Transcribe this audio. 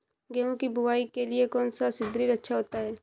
गेहूँ की बुवाई के लिए कौन सा सीद्रिल अच्छा होता है?